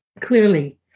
clearly